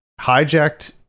hijacked